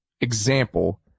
example